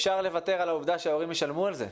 אפשר לוותר על העובדה שההורים ישלמו על זה,